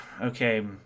Okay